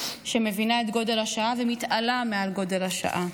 שמבינה את גודל השעה ומתעלה לגודל השעה.